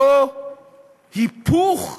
אותו היפוך תבליט,